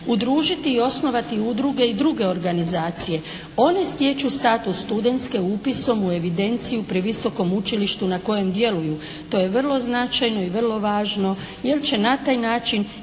udružiti i osnovati udruge i druge organizacije. One stječu status studentske upisom u evidenciju pri visokom učilištu na kojem djeluju. To je vrlo značajno i vrlo važno jer će na taj način